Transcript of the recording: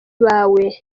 bawe